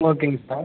ஓகேங்க சார்